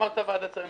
אמרת "ועדת שרים".